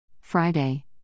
Friday